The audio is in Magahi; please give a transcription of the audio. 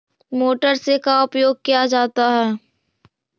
मोटर से का उपयोग क्या जाता है?